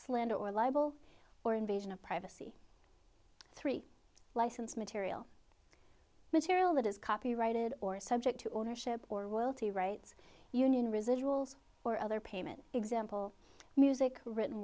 slander or libel or invasion of privacy three license material material that is copyrighted or subject to ownership or wealthy rights union residuals or other payment example music written